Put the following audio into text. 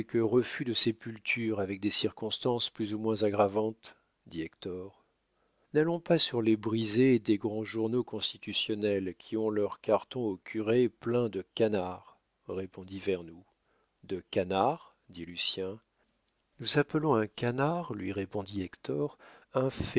refus de sépulture avec des circonstances plus ou moins aggravantes dit hector n'allons pas sur les brisées des grands journaux constitutionnels qui ont leurs cartons aux curés pleins de canards répondit vernou de canards dit lucien nous appelons un canard lui répondit hector